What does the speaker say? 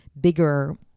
bigger